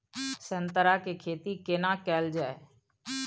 संतरा के खेती केना कैल जाय?